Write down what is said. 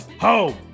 home